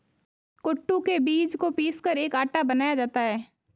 कूटू के बीज को पीसकर एक आटा बनाया जाता है